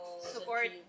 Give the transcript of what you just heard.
support